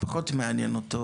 פחות מעניין אותו